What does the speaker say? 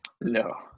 no